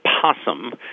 possum